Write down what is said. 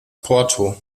porto